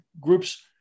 groups